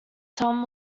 tom